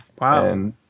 Wow